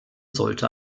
sollte